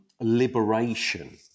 liberation